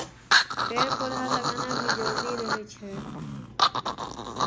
पेड़ पौधा लगाना भी जरूरी रहै छै